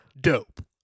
dope